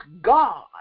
god